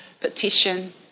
petition